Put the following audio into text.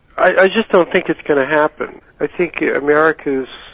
i just don't think it's going to happen. i think yeah america is,